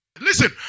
Listen